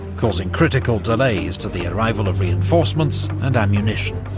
causing critical delays to the arrival of reinforcements and ammunition.